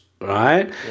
right